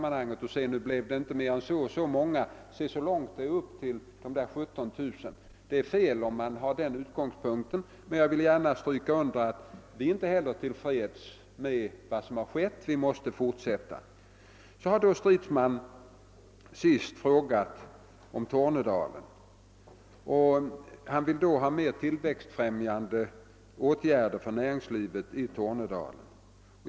Man får inte resonera så här: Nu blev det inte mer än så och så många — se så långt det är upp till de 17 000! Det är fel att ha den utgångspunkten, men jag vill gärna stryka under att vi inte heller är till freds med vad som har gjorts. Vi måste fortsätta. Herr Stridsman har frågat om Tornedalen, och han vill ha mera av tillväxt främjande åtgärder för näringslivet där.